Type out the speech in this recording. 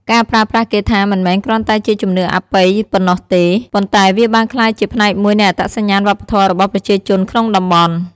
ការប្រើប្រាស់គាថាមិនមែនគ្រាន់តែជាជំនឿអបិយប៉ុណ្ណោះទេ ប៉ុន្តែវាបានក្លាយជាផ្នែកមួយនៃអត្តសញ្ញាណវប្បធម៌របស់ប្រជាជនក្នុងតំបន់។